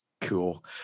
Cool